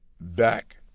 back